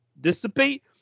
dissipate